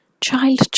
Child